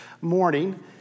morning